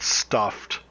stuffed